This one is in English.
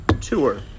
tour